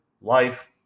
life